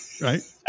right